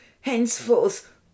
henceforth